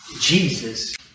Jesus